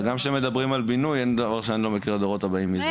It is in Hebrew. וגם כשמדברים על בינוי אין דבר שאני לא מכיר לדורות הבאים מזה.